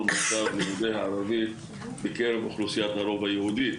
מצב לימודי השפה הערבית בקרב אוכלוסיית הרוב היהודי.